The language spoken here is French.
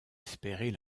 espérer